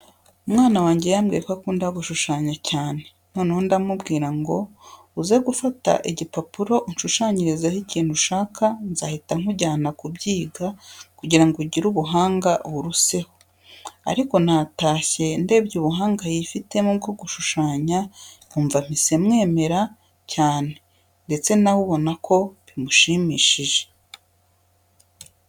Umwana wange yambwiye ko akunda gushushanya cyane, noneho ndamubwira ngo uze gufata igipapuro unshushanyirizeho ikintu ushaka nzahita nkujyana kubyiga kugira ngo ugire ubuhanga buruseho. Ariko natashye ndebye ubuhanga yifitemo bwo gushushanya numva mpise mwemera cyane ndetse nawe ubona ko bimushimishije.